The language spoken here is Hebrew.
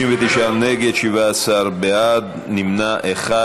17 בעד, נמנע אחד.